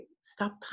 Stop